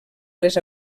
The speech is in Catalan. les